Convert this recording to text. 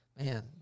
Man